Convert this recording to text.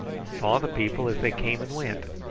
saw the people as they came and went,